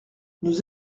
nous